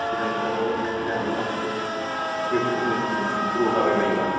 गोजान गोजानाव जोंहाबो थांनोसै इउटुब चेनेल खुलिनानै ग्र' जाबायबायोबा